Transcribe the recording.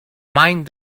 mind